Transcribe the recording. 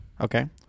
Okay